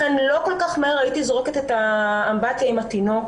לכן לא כל כך מהר הייתי שופכת את המים עם התינוק.